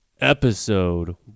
Episode